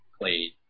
played